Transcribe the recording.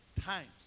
times